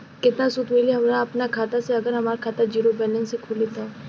केतना सूद मिली हमरा अपना खाता से अगर हमार खाता ज़ीरो बैलेंस से खुली तब?